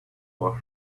wash